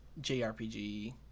JRPG